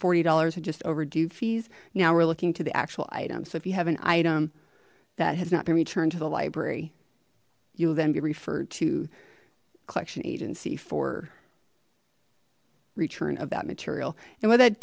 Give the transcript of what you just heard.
forty dollars or just overdue fees now we're looking to the actual items so if you have an item that has not been returned to the library you will then be referred to collection agency for return of that material and what that